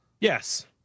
yes